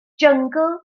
jyngl